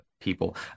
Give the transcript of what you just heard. people